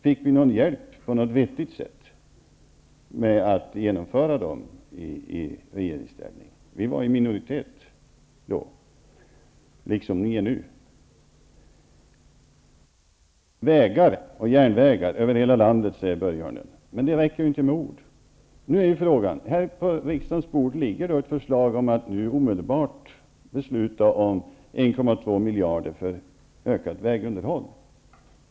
Fick vi på ett vettigt sätt någon hjälp med att genomföra de åtstramningsförsök vi gjorde i regeringsställning? Vi var då i minoritet liksom ni är nu. Börje Hörnlund talar om vägar och järnvägar över hela landet. Men det räcker inte med ord. Här på riksdagens bord ligger ett förslag om att omedelbart besluta om 1,2 miljarder för ökat vägunderhåll.